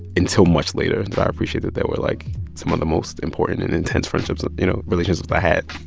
until much later did i appreciate that they were like some of the most important and intense friendships, you know, relationships i had.